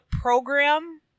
program